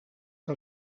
que